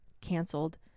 canceled